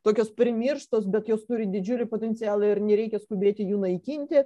tokios pirmirštos bet jos turi didžiulį potencialą ir nereikia skubėti jų naikinti